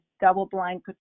double-blind